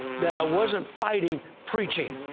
that i wasn't fighting preaching.